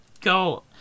go